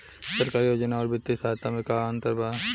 सरकारी योजना आउर वित्तीय सहायता के में का अंतर बा?